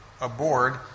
aboard